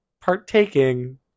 partaking